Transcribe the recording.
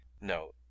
No